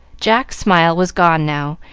jack's smile was gone now,